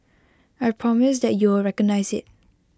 I promise that you will recognise IT